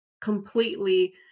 completely